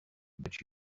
but